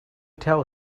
tell